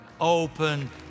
Open